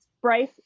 Bryce